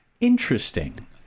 Interesting